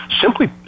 simply